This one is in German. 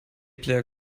player